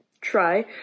try